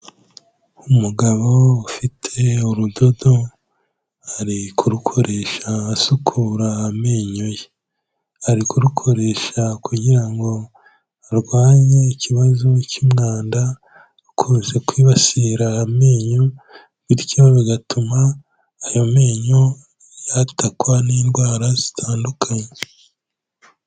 Umugabo ufite urudodo ari kurukoresha asukura amenyo ye, ari kurukoresha kugira ngo arwanye ikibazo cy'umwanda ukunze kwibasira amenyo bityo bigatuma ayo menyo yatakwa n'indwara zitandukanye.